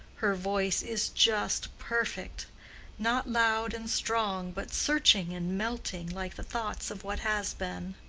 her voice is just perfect not loud and strong, but searching and melting, like the thoughts of what has been.